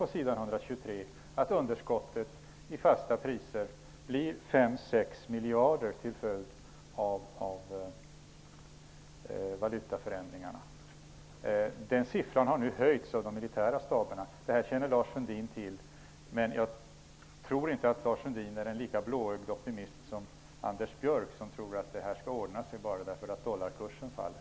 På s. 123 står att underskottet i fasta priser blir 5--6 miljarder till följd av valutaförändringar. Denna siffra har nu höjts av de militära staberna. Det känner Lars Sundin till. Jag tror dock inte att Lars Sundin är en lika blåögd optimist som Anders Björck, som tror att det här skall ordna sig bara för att dollarkursen faller.